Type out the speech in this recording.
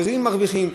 אחרים מרוויחים,